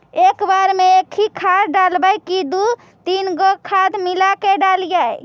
एक बार मे एकही खाद डालबय की दू तीन गो खाद मिला के डालीय?